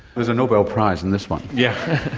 there's a nobel prize in this one. yeah